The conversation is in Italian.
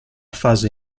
fase